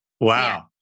Wow